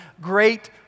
great